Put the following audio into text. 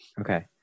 Okay